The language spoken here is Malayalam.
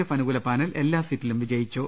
എഫ് അനുകൂല പാനൽ എല്ലാ സ്റ്റീറ്റിലും വിജയി ച്ചു